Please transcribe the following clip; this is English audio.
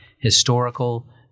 historical